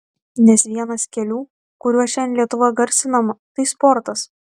nes vienas kelių kuriuo šiandien lietuva garsinama tai sportas